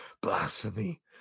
blasphemy